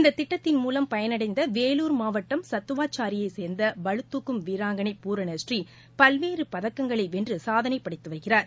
இந்த திட்டத்தின் மூலம் பயனடைந்த வேலூர் மாவட்டம் சத்துவாச்சாரியைச் சேர்ந்த பளு தூக்கும் வீராங்கனை பூரணஸ்ரீ பல்வேறு பதக்கங்களை வென்று சாதனை படைத்து வருகிறார்